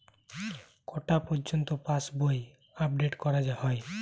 কটা পযর্ন্ত পাশবই আপ ডেট করা হয়?